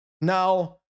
Now